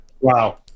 wow